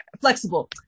Flexible